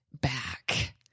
back